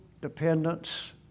dependence